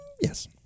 Yes